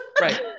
Right